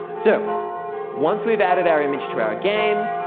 so once we've added our image to our game,